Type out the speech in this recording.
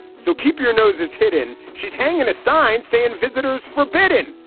so keep your noses hidden. she's hanging a sign saying visitors forbidden.